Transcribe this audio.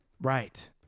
right